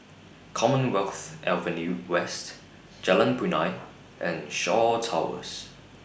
Commonwealth Avenue West Jalan Punai and Shaw Towers